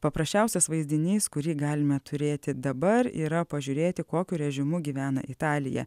paprasčiausias vaizdinys kurį galime turėti dabar yra pažiūrėti kokiu režimu gyvena italija